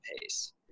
pace